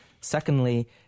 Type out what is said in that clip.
Secondly